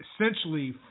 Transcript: essentially